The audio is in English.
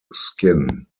skin